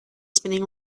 spinning